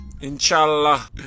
Inshallah